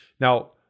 Now